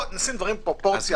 נשים דברים בפרופורציה.